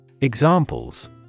Examples